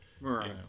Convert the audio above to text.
right